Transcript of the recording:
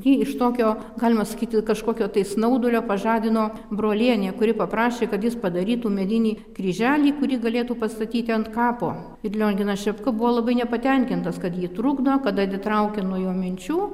jį iš tokio galima sakyti kažkokio tai snaudulio pažadino brolienė kuri paprašė kad jis padarytų medinį kryželį kurį galėtų pastatyti ant kapo ir lionginas šepka buvo labai nepatenkintas kad jį trukdo kad atitraukė nuo jo minčių